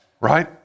right